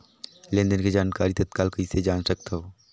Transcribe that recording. लेन देन के जानकारी तत्काल कइसे जान सकथव?